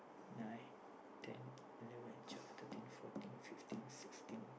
nine ten eleven twelve thirteen fourteen fifteen sixteen